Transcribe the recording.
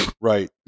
right